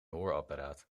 hoorapparaat